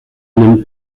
nimmt